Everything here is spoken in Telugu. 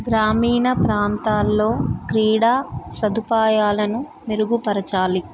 గ్రామీణ ప్రాంతాల్లో క్రీడా సదుపాయాలను మెరుగుపరచాలి